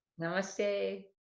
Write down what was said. Namaste